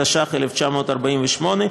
התש"ח 1948,